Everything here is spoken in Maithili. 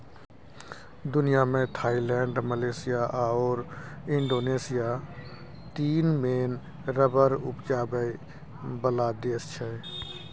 दुनियाँ मे थाइलैंड, मलेशिया आओर इंडोनेशिया तीन मेन रबर उपजाबै बला देश छै